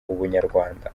ubunyarwanda